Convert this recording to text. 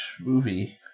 movie